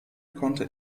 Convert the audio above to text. konnte